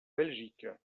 belgique